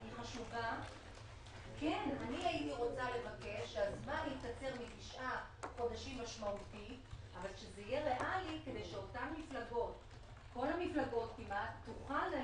והיא